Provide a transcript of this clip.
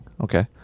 Okay